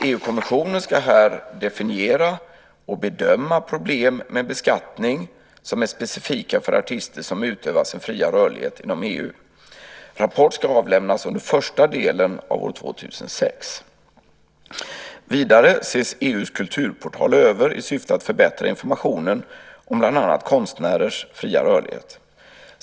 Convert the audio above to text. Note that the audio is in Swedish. EU-kommissionen ska här definiera och bedöma problem med beskattning som är specifika för artister som utövar sin fria rörlighet inom EU. Rapport ska avlämnas under första delen av år 2006. Vidare ses EU:s kulturportal över i syfte att förbättra informationen om bland annat konstnärers fria rörlighet.